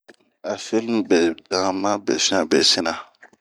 A filimu be dan ma be fian be sina.